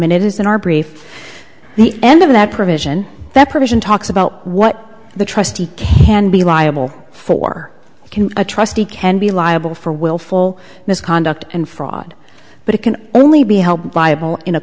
and it is in our brief the end of that provision that provision talks about what the trustee can be liable for can a trustee can be liable for willful misconduct and fraud but it can only be helped by a ball in a